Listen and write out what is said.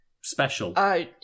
special